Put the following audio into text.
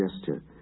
gesture